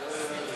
תפרגנו.